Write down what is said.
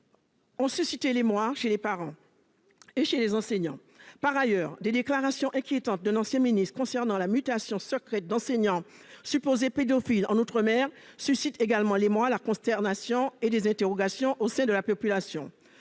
ont suscité l'émoi des parents d'élèves et des enseignants. Par ailleurs, les déclarations inquiétantes d'un ancien ministre concernant la mutation secrète d'enseignants supposés pédophiles en outre-mer suscitent également l'émoi, la consternation et des interrogations au sein de la population.